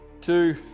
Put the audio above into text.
two